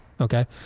Okay